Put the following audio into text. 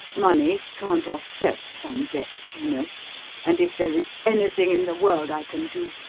money can't offset some debts, you know and if there is anything in the world i can do,